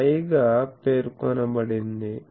5 గా పేర్కొనబడింది